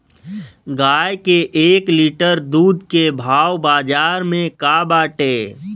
गाय के एक लीटर दूध के भाव बाजार में का बाटे?